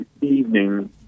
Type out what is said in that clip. evening